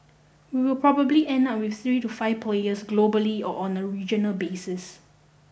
we will probably end up with three to five players globally or on a regional basis